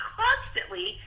constantly